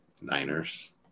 Niners